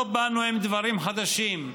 לא באנו עם דברים חדשים,